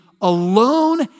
alone